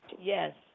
Yes